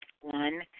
One